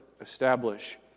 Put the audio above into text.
establish